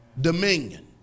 Dominion